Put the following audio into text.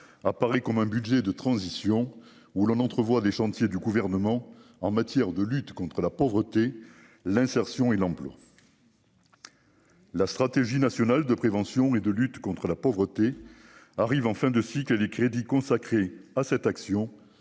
à Paris comme un budget de transition où l'on entrevoit des chantiers du gouvernement en matière de lutte contre la pauvreté, l'insertion et l'emploi. La stratégie nationale de prévention et de lutte contre la pauvreté, arrive en fin de cycle et les crédits consacrés à cette action